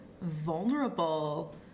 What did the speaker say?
vulnerable